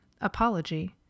Apology